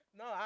no